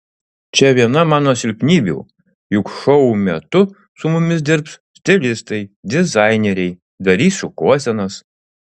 čia viena mano silpnybių juk šou metu su mumis dirbs stilistai dizaineriai darys šukuosenas